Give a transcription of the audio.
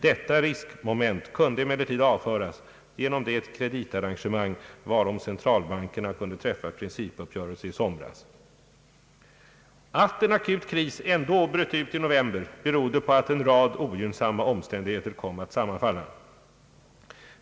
Detta riskmoment kunde emellertid avföras genom det kreditarrangemang varom centralbankerna kunde träffa principuppgörelse i somras. Att en akut kris ändå bröt ut i november berodde på att en rad ogynnsamma omständigheter kom att sammanfalla.